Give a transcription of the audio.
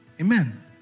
Amen